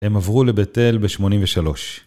הם עברו לבית אל בשמונים ושלוש.